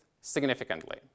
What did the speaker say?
significantly